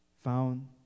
found